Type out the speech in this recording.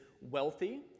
wealthy